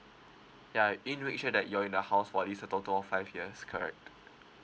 ya you need to make sure that you're in the house for at least a total of five years correct